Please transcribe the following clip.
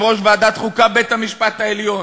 אני יכול להגיד את אותו דבר.